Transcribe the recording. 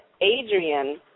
Adrian